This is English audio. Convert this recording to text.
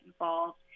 involved